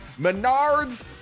Menards